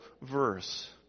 verse